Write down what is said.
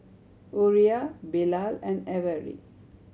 Uriah Bilal and Avery